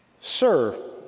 Sir